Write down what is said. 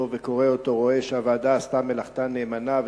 וקורא אותו רואה שהוועדה עשתה מלאכתה נאמנה,